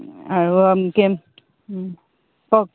আৰু কওক